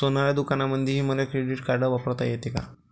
सोनाराच्या दुकानामंधीही मले क्रेडिट कार्ड वापरता येते का?